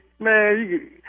Man